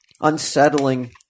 unsettling